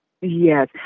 Yes